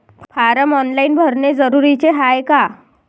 Form online भरने जरुरीचे हाय का?